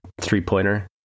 three-pointer